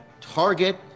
Target